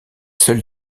seuls